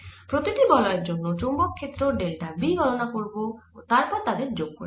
প্রতি টি বলয়ের জন্য চৌম্বক ক্ষেত্র ডেল্টা B গণনা করব ও তারপর তাদের যোগ করে নেব